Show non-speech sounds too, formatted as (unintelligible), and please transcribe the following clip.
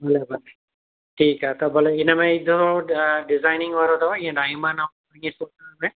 ठीकु आहे त पोइ भले हिन में ईंदव डिज़ाइनिंग वारो अथव इअं डायमंड (unintelligible)